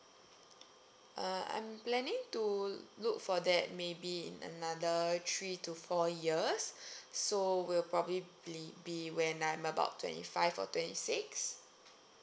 uh I am planning to look for that maybe in another three to four years so will probably be when I'm about twenty five or twenty six